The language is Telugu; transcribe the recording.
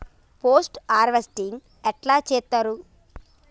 పోస్ట్ హార్వెస్టింగ్ ఎట్ల చేత్తరు?